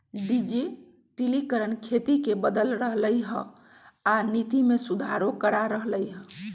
डिजटिलिकरण खेती के बदल रहलई ह आ नीति में सुधारो करा रह लई ह